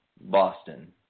Boston